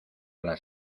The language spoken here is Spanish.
las